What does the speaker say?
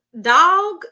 dog